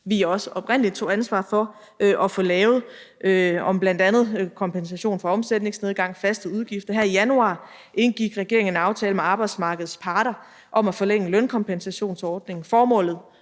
tog ansvar for at få lavet om bl.a. kompensation for omsætningsnedgang, faste udgifter. Her i januar indgik regeringen en aftale med arbejdsmarkedets parter om at forlænge lønkompensationsordningen.